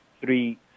three